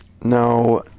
No